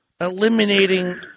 eliminating